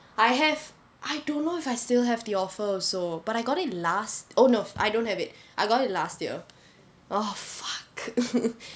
I have I don't know if I still have the offer also but I got it last oh no I don't have it I got it last year oh fuck